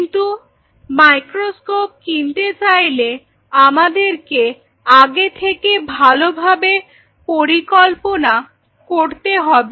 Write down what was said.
কিন্তু মাইক্রোস্কোপ কিনতে চাইলে আমাদেরকে আগে থেকে ভালোভাবে পরিকল্পনা করতে হবে